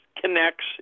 connects